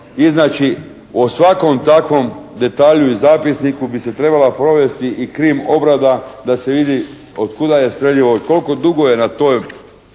iznaći o svakom takvom detalju i zapisniku bi se trebala provesti i krim obrada da se vidi od kuda je streljivo i koliko dugo je na toj